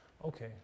Okay